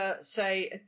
say